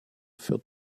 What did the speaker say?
für